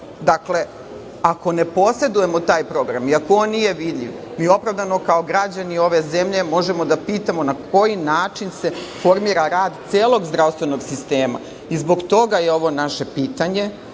budžet. Ako ne posedujemo taj program i ako on nije vidljiv mi opravdano kao građani ove zemlje možemo da pitamo na koji način se formira rad celog zdravstvenog sistema? I, zbog toga je ovo naše pitanje,